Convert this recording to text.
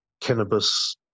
cannabis